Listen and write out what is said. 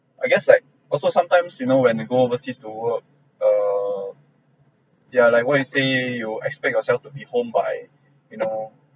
I guess like also sometimes you know when you go overseas to work err yeah like what you say you expect yourself to be home by you know